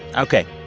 ok.